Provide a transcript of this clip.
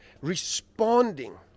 Responding